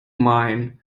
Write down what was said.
mine